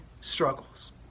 struggles